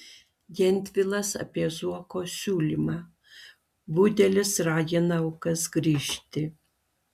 gentvilas apie zuoko siūlymą budelis ragina aukas grįžti